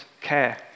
care